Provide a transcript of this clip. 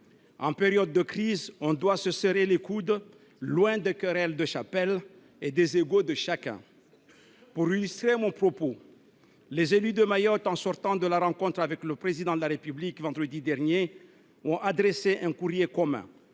En période de crise, on doit se serrer les coudes, loin des querelles de chapelle et des ego de chacun. Pour illustrer mon propos, je rappellerai que les élus de Mayotte, en sortant de leur rencontre avec le Président de la République vendredi dernier, lui ont adressé un courrier commun